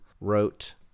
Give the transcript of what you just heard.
wrote